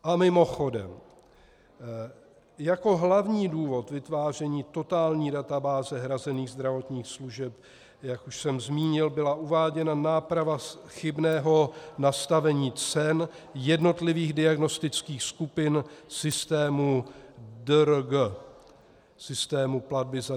A mimochodem, jako hlavní důvod vytváření totální databáze hrazených zdravotních služeb, jak už jsem zmínil, byla uváděna náprava chybného nastavení cen jednotlivých diagnostických skupin systému DRG, systému platby za diagnózu.